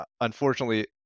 unfortunately